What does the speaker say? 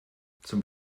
zum